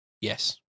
Yes